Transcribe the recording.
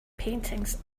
paintings